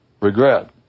regret